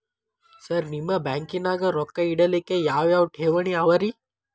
Sir ನಿಮ್ಮ ಬ್ಯಾಂಕನಾಗ ರೊಕ್ಕ ಇಡಲಿಕ್ಕೆ ಯಾವ್ ಯಾವ್ ಠೇವಣಿ ಅವ ರಿ?